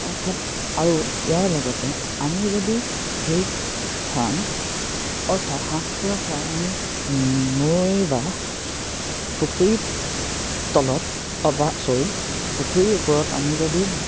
অৰ্থাৎ আৰু ইয়াৰ লগতে আমি যদি সেই ফাৰ্ম অৰ্থাৎ হাঁহ কুকুৰা ফাৰ্ম আমি নৈ বা পুখুৰীৰ তলত অ বা ছৰী পুখুৰীৰ ওপৰত আমি যদি